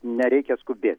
nereikia skubėt